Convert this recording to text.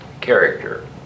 character